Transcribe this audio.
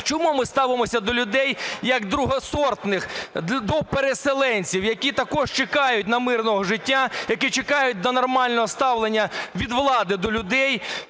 Чому ми ставимося до людей, як другосортних, до переселенців, які також чекають на мирне життя, які чекають нормального ставлення від влади до людей?